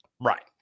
Right